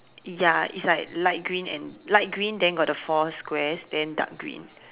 ya it's like light green and light green then got the four squares then dark green